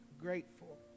Grateful